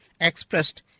expressed